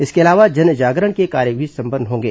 इसके अलावा जन जागरण के कार्य भी संपन्न होंगे